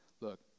look